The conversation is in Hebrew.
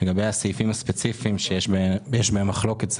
לגבי הסעיפים הספציפיים שיש בהם מחלוקת,